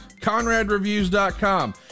ConradReviews.com